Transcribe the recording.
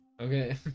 Okay